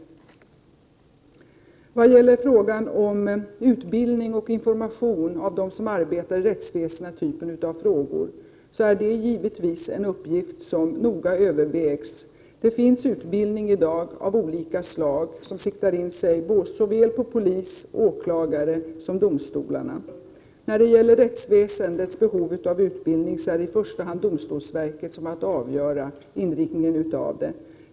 I vad gäller frågan om utbildning och information för dem som arbetar i rättsväsendet med denna typ av frågor är det givetvis något som noga övervägs. Det finns i dag utbildning av olika slag som siktar in sig på såväl polis och åklagare som domstolarna. När det gäller behovet av utbildning för dem som är verksamma inom rättsväsendet, är det i första hand domstolsverket som har att avgöra inriktningen av denna.